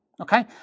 Okay